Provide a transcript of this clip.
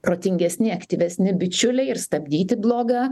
protingesni aktyvesni bičiuliai ir stabdyti blogą